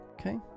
okay